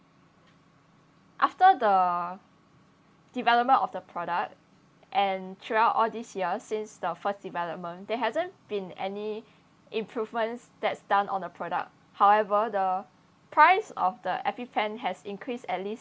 after the development of the product and throughout all this years since the first development there hasn't been any improvements that's done on the product however the price of the EpiPen has increased at least